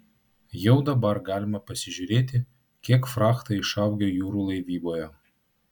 jau dabar galima pasižiūrėti kiek frachtai išaugę jūrų laivyboje